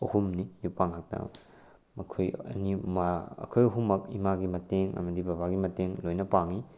ꯑꯍꯨꯝꯅꯤ ꯅꯨꯄꯥ ꯉꯥꯛꯇ ꯃꯈꯣꯏ ꯑꯅꯤꯃ ꯑꯩꯈꯣꯏ ꯑꯍꯨꯝꯃꯛ ꯏꯃꯥꯒꯤ ꯃꯇꯦꯡ ꯑꯃꯗꯤ ꯕꯕꯥꯒꯤ ꯃꯇꯦꯡ ꯂꯣꯏꯅ ꯄꯥꯡꯏ